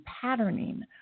patterning